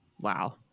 Wow